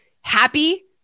happy